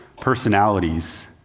personalities